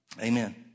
Amen